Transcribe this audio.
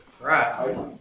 Right